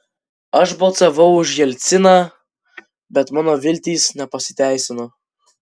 aš balsavau už jelciną bet mano viltys nepasiteisino